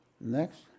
Next